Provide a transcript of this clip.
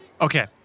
Okay